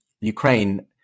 Ukraine